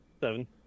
Seven